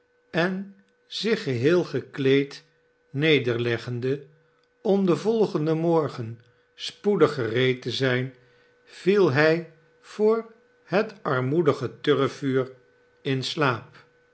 en zich geheel gekleed nederleggende om den volgenden morgen spoedig gereed te zijn viel hij voor het armoedige turfvuur in slaap